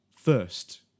First